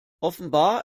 offenbar